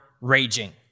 raging